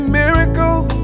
miracles